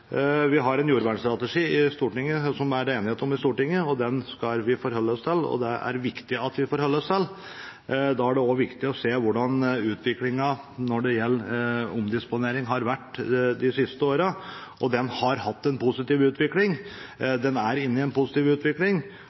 Vi har en jordvernstrategi som det er enighet om i Stortinget. Den skal vi forholde oss til, og den er det viktig at vi forholder oss til. Da er det også viktig å se hvordan utviklingen når det gjelder omdisponering, har vært de siste årene. Den har hatt en positiv utvikling, den er inne i en positiv utvikling,